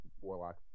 Warlock